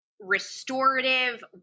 restorative